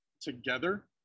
together